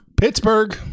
pittsburgh